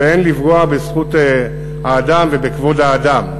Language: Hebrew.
שאין לפגוע בזכות האדם ובכבוד האדם.